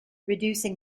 reducing